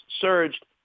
surged